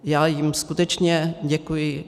Já jim skutečně děkuji.